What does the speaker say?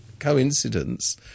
coincidence